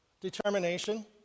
determination